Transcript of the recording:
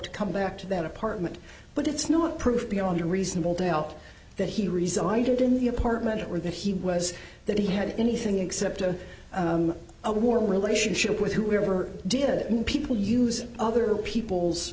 to come back to that apartment but it's not proof beyond a reasonable doubt that he resigned in the apartment or that he was that he had anything except a warm relationship with whoever did it and people use other people's